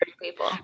people